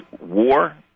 war